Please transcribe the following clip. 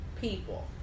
people